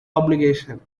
obligation